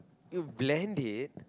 you blend it